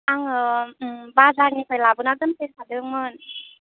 आङो बाजारनिफ्राय लाबोना दोनफैखादोंमोन